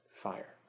fire